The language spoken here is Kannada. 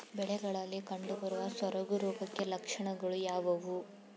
ಬೆಳೆಗಳಲ್ಲಿ ಕಂಡುಬರುವ ಸೊರಗು ರೋಗದ ಲಕ್ಷಣಗಳು ಯಾವುವು?